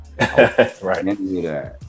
Right